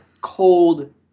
cold